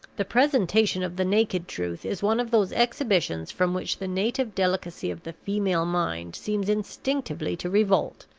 the presentation of the naked truth is one of those exhibitions from which the native delicacy of the female mind seems instinctively to revolt.